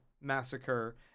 massacre